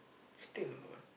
still number one